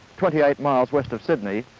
twenty eight miles west of sydney,